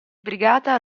brigata